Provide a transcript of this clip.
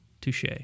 Touche